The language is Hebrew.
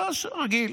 זה רגיל.